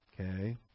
Okay